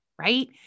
right